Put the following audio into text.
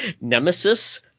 Nemesis